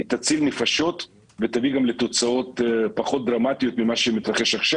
היא תציל נפשות ותביא גם לתוצאות פחות דרמטיות ממה שמתרחש עכשיו.